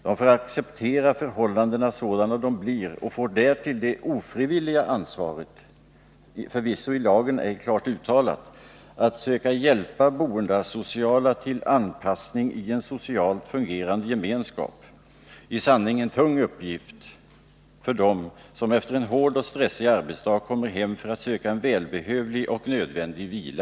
De får acceptera förhållandena sådana de blir och får därtill det ofrivilliga ansvaret, förvisso i lagen ej klart uttalat, att söka hjälpa boendeasociala till anpassning i en socialt fungerande gemenskap, i sanning en tung uppgift för dem som efter en hård och stressig arbetsdag kommer hem för att söka en välbehövlig och nödvändig vila.